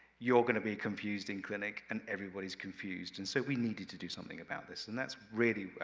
you're going to be confused in clinic, and everybody's confused, and so we needed to do something about this, and that's really